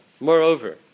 Moreover